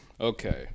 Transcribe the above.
Okay